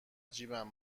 جیبم